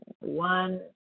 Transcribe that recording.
one